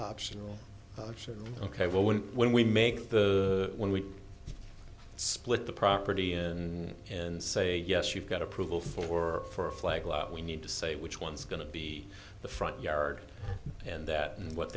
optional actually ok well when when we make the when we split the property in and say yes you've got approval for for a flag lot we need to say which one's going to be the front yard and that and what